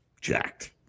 jacked